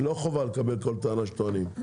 חובה לקבל כל טענה שטוענים.